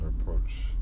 approach